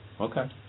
okay